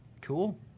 Cool